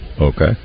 Okay